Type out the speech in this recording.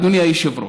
אדוני היושב-ראש,